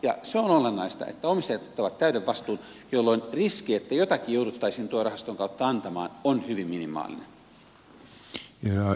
ja se on olennaista että omistajat ottavat täyden vastuun jolloin riski että jotakin jouduttaisiin tuon rahaston kautta antamaan on hyvin minimaalinen